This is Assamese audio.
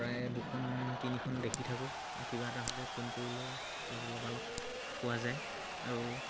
প্ৰায় দুখন তিনিখন দেখি থাকোঁ আৰু কিবা এটা হ'লে ফোন কৰিলে লগতে লগালগ পোৱা যায় আৰু